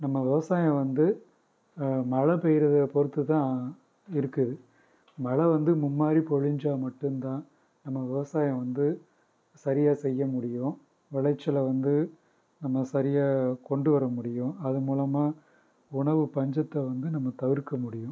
நம்ம விவசாயம் வந்து மழை பெய்யுறது பொறுத்து தான் இருக்குது மழை வந்து மும்மாரி பொழிஞ்சால் மட்டும் தான் நம்ம விவசாயம் வந்து சரியாக செய்ய முடியும் விளைச்சல வந்து நம்ம சரியாக கொண்டு வர முடியும் அதன் மூலமாக உணவு பஞ்சத்தை வந்து நம்ம தவிர்க்க முடியும்